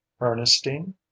Ernestine